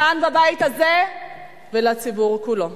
כאן בבית הזה ולציבור כולו.